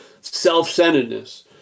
self-centeredness